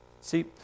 See